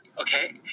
okay